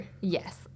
Yes